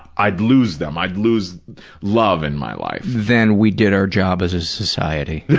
i'd lose them. i'd lose love in my life. then we did our job as a society. but